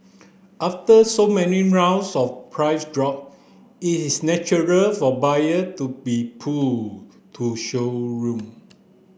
after so many rounds of price drop it is natural for buyer to be pulled to showroom